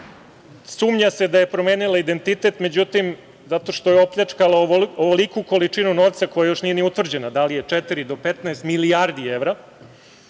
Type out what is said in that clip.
Sumnja se da je promenila identitet. Međutim, zato što je opljačkala ovoliku količinu novca koja još nije ni utvrđena, da li je četiri do 15 milijardi evra,